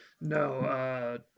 No